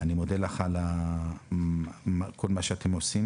אני מודה לך על כול מה שאתם עושים